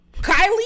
Kylie